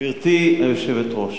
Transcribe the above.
גברתי היושבת-ראש,